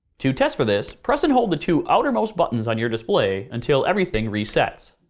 to test for this, press and hold the two outermost buttons on your display until everything resets.